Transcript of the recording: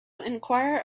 enquire